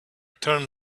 turn